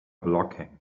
blocking